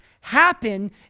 happen